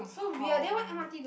so weird then why M_R_T don't